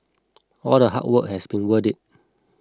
all the hard work has been worth it